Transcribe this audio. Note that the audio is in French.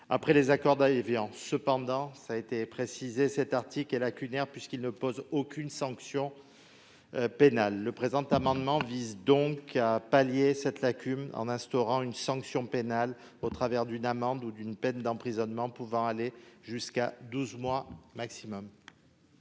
après les accords d'Évian. Toutefois, cet article est lacunaire, puisqu'il n'institue aucune sanction pénale. Le présent amendement vise donc à remédier à cette lacune, en instaurant une sanction pénale au travers d'une amende ou d'une peine d'emprisonnement pouvant aller jusqu'à douze mois.